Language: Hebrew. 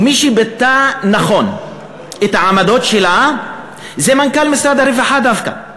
ומי שביטא נכון את העמדות שלה זה מנכ"ל משרד הרווחה דווקא,